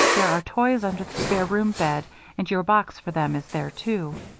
there are toys under the spare-room bed and your box for them is there too.